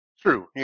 True